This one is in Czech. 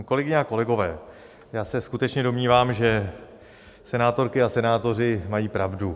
Kolegyně a kolegové, já se skutečně domnívám, že senátorky a senátoři mají pravdu.